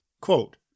Quote